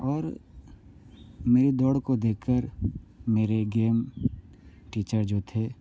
और मेरी दौड़ को देख कर मेरे गेम टीचर जो थे